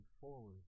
forward